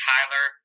Tyler